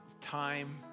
time